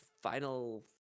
final